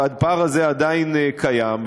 והפער הזה עדיין קיים,